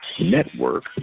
network